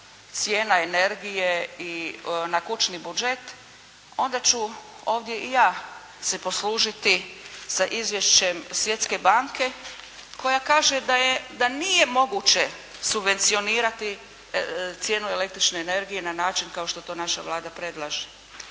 cijena energije i na kućni budžet onda ću ovdje i ja se poslužiti sa izvješćem Svjetske banke koja kaže da je, da nije moguće subvencionirati cijenu električne energije na način kao što to naša Vlada predlaže.